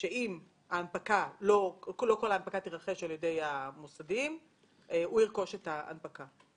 שאם לא כל ההנפקה תירכש על ידי המוסדיים הוא ירכוש את ההנפקה.